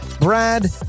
Brad